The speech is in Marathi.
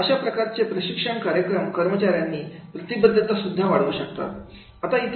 तर अशा प्रकारचे प्रशिक्षण कार्यक्रम कर्मचाऱ्यांची प्रतिबद्धता सुद्धा वाढवू शकतात